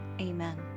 Amen